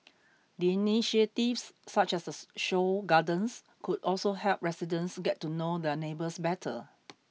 the initiatives such as this show gardens could also help residents get to know their neighbours better